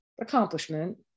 accomplishment